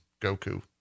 goku